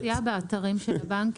הפורמט מופיע באתרים של הבנקים.